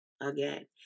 Again